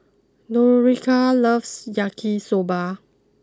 Nautica loves Yaki Soba